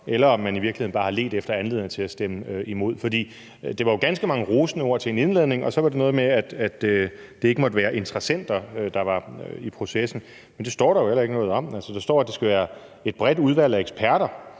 eller om man i virkeligheden bare har ledt efter anledninger til at stemme imod. For det var jo ganske mange rosende ord til en indledning, og så var det noget med, at det ikke måtte være interessenter, der var med i processen, men det står der jo heller ikke noget om. Der står, at det skal være et bredt udvalg af eksperter,